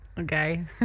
Okay